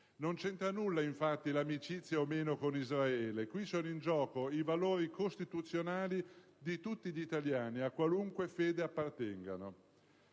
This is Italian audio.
Non c'entra nulla, infatti, l'amicizia o meno con Israele. Qui sono in gioco i valori costituzionali di tutti gli italiani, a qualunque fede appartengano.